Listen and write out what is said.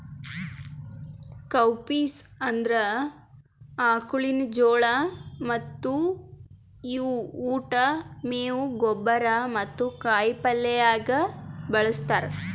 cowpeas ಅಂದುರ್ ಆಕುಳಿನ ಜೋಳ ಮತ್ತ ಇವು ಉಟ್, ಮೇವು, ಗೊಬ್ಬರ ಮತ್ತ ಕಾಯಿ ಪಲ್ಯ ಆಗ ಬಳ್ಸತಾರ್